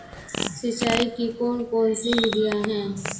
सिंचाई की कौन कौन सी विधियां हैं?